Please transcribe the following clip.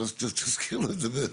אז תזכיר לו את זה.